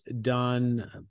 done